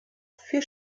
für